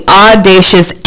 audacious